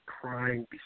crying